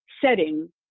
setting